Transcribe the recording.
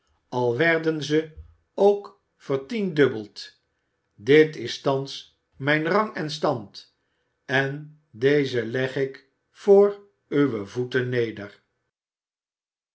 al werden ze ook vertiendubbeld dit is thans mijn rang en stand en deze leg ik voor uwe voeten neder